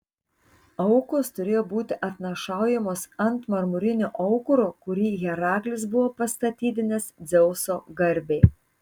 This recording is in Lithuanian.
aukos turėjo būti atnašaujamos ant marmurinio aukuro kurį heraklis buvo pastatydinęs dzeuso garbei